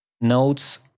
notes